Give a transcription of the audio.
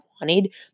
wanted